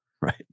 Right